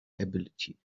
ability